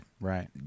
right